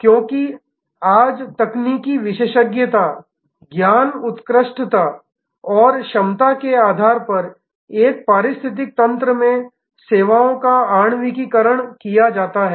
क्योंकि आज तकनीकी विशेषज्ञता ज्ञान उत्कृष्टता और क्षमता के आधार पर एक पारिस्थितिकी तंत्र में सेवाओं का आणविककरण किया जाता है